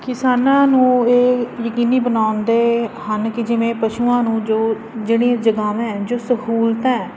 ਕਿਸਾਨਾਂ ਨੂੰ ਇਹ ਯਕੀਨੀ ਬਣਾਉਂਦੇ ਹਨ ਕਿ ਜਿਵੇਂ ਪਸ਼ੂਆਂ ਨੂੰ ਜੋ ਜਿਹੜੀ ਜਗਾਵਾਂ ਜੋ ਸਹੂਲਤਾਂ ਹੈ